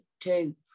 two